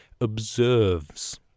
observes